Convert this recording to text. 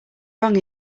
wrong